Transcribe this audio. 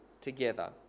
together